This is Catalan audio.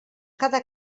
cada